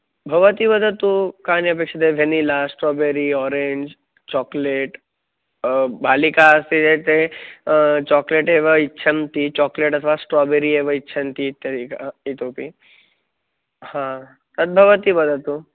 भवती वदतु कानि अपेक्षते वेनिला स्ट्राबेरि ओरेञ्ज् चोक्लेट् बालिका अस्ति चेत् चोक्लेट् एव इच्छन्ति चोक्लेट् अथवा स्ट्राबेरि एव इच्छन्ति इत्यादिकम् इतोपि हा तद् भवती वदतु